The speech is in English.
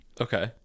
Okay